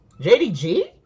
jdg